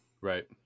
Right